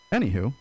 Anywho